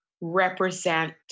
represent